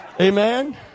Amen